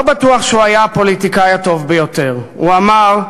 לא בטוח שהוא היה הפוליטיקאי הטוב ביותר, הוא אמר: